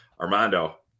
Armando